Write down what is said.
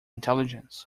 intelligence